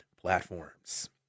platforms